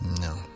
No